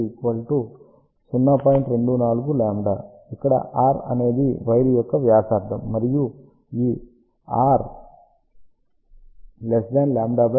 24𝜆 ఇక్కడ r అనేది wire యొక్క వ్యాసార్థం మరియు ఈ r 𝜆 20